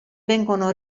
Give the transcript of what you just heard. vengono